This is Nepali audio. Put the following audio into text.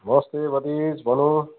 नमस्ते भतिज भनौँ